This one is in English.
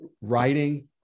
writing